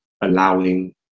allowing